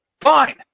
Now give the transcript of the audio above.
fine